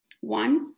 One